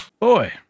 Boy